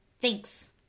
Thanks